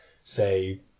say